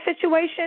situation